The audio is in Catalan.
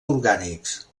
orgànics